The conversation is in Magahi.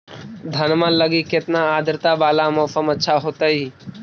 धनमा लगी केतना आद्रता वाला मौसम अच्छा होतई?